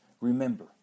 remember